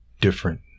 different